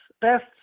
best